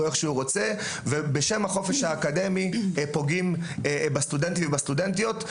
בו כפי שהוא רוצה ובשם החופש האקדמי פוגעים בסטודנטים ובסטודנטיות,